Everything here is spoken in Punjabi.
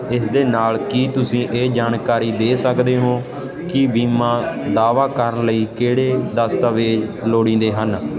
ਇਸਦੇ ਨਾਲ ਕੀ ਤੁਸੀਂ ਇਹ ਜਾਣਕਾਰੀ ਦੇ ਸਕਦੇ ਹੋ ਕਿ ਬੀਮਾ ਦਾਅਵਾ ਕਰਨ ਲਈ ਕਿਹੜੇ ਦਸਤਾਵੇਜ਼ ਲੋੜੀਂਦੇ ਹਨ